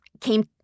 came